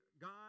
God